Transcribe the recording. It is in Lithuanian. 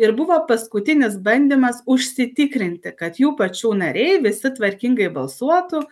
ir buvo paskutinis bandymas užsitikrinti kad jų pačių nariai visi tvarkingai balsuotų